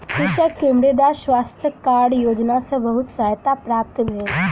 कृषक के मृदा स्वास्थ्य कार्ड योजना सॅ बहुत सहायता प्राप्त भेल